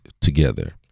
together